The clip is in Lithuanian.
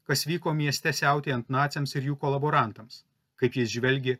kas vyko mieste siautėjant naciams ir jų kolaborantams kaip jis žvelgė